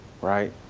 right